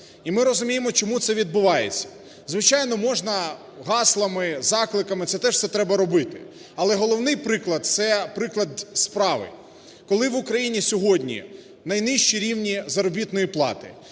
і ми розуміємо чому це відбувається. Звичайно, можна гаслами, закликами, це теж все треба робити, але головний приклад це приклад справи. Коли в Україні сьогодні найнижчі рівні заробітної плати